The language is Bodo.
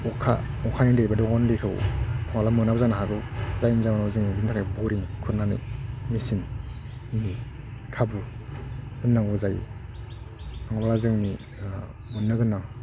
अखा अखानि दै बे दंगनि दैखौ माब्लाबा मोनाबो जानो हागौ जायनि जावनाव जोङो बिनि थाखाय बरिं खुरनानै मेचिननि खाबु होननांगौ जायो नङाब्ला जोंनि मोननो गोनां